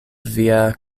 via